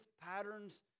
patterns